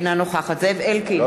נגד זאב אלקין,